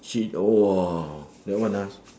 ce~ !wah! that one ah